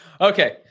Okay